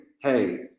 hey